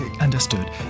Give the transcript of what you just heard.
understood